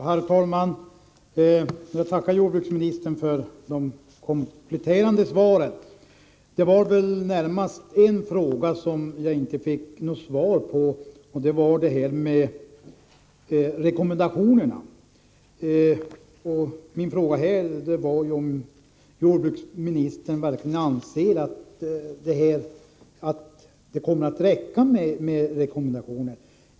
Herr talman! Jag tackar jordbruksministern för det kompletterande svaret. Det var väl närmast en fråga som jag inte fick något svar på, nämligen beträffande rekommendationerna. Min fråga var om jordbruksministern verkligen anser att det kommer att räcka med rekommendationer.